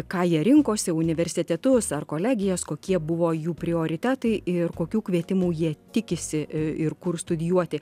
ką jie rinkosi universitetus ar kolegijas kokie buvo jų prioritetai ir kokių kvietimų jie tikisi e ir kur studijuoti